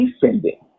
descending